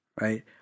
right